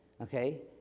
Okay